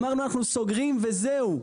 אמרתם שאתם סוגרים וזהו,